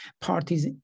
parties